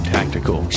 Tactical